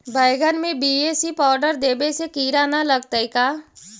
बैगन में BAC powder देबे से किड़ा न लगतै का?